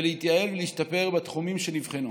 ולהתייעל ולהשתפר בתחומים שנבחנו.